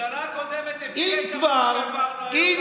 הממשלה הקודמת הפילה את החוק שהעברנו היום ואנחנו העברנו אותו.